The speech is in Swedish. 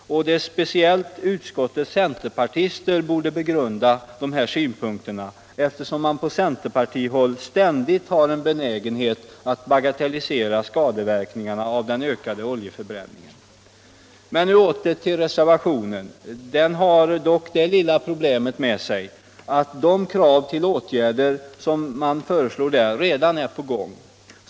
Speciellt borde utskottets centerpartister begrunda dessa synpunkter, eftersom man på centerpartihåll ständigt har en benägenhet att bagatellisera skadeverkningarna av den ökade oljeförbränningen. Men åter till reservationen 13. Den har det lilla problemet med sig att de åtgärder som där föreslås redan är på gång.